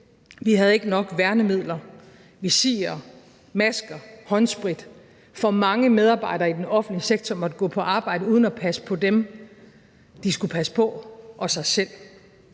vi havde ikke nok værnemidler, visirer, masker, håndsprit, for mange medarbejdere i den offentlige sektor måtte gå på arbejde uden at kunne passe på dem, de skulle passe på, og sig selv.